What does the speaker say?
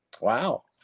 Wow